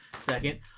Second